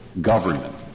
government